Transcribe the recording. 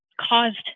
caused